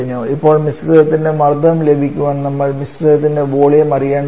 ഇപ്പോൾ മിശ്രിതത്തിന്റെ മർദ്ദം ലഭിക്കാൻ നമ്മൾമിശ്രിതത്തിന്റെ വോളിയം അറിയേണ്ടതുണ്ട്